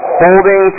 ...holding